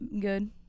good